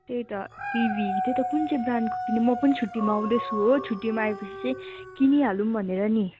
त्यही त टिभी कुन चाहिँ ब्रान्डको किन्ने हो म पनि छुट्टीमा आउँदै छु हो छुट्टीमा आएपछि चाहिँ किनिहालौँ भनेर नि